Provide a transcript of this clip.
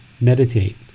meditate